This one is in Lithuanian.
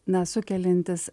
na sukeliantis